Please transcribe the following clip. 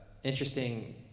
Interesting